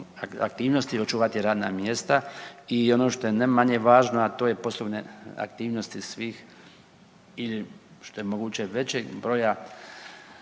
aktivnost i očuvati radna mjesta i ono što je ne manje važno a to je poslovne aktivnosti sitih ili što je mogućeg većeg broja